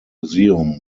museum